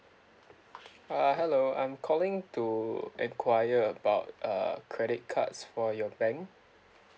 uh hello I'm calling to enquire about uh credit cards for your bank